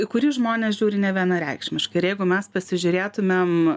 į kurį žmonės žiūri nevienareikšmiškai ir jeigu mes pasižiūrėtumėm